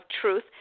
Truth